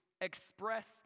express